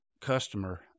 customer